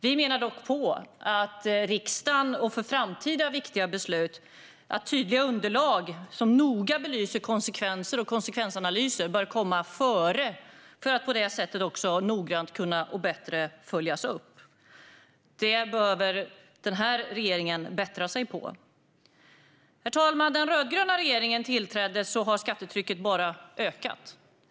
Vi menar dock att inför framtida viktiga beslut är det viktigt att tydliga underlag som noga belyser konsekvenser och konsekvensanalyser bör komma före för att på det sättet noggrant och bättre kunna följas upp. På det området behöver den här regeringen bättra sig. Herr talman! Sedan den rödgröna regeringen tillträdde har skattetrycket bara ökat.